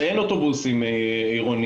מודעים לכך שיש בעיה,